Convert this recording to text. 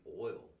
oil